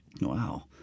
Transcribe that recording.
Wow